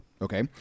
okay